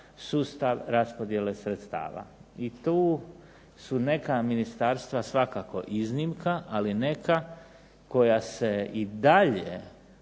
sustav raspodjele sredstava i tu su neka ministarstva svakako iznimka. Ali neka koja se i dalje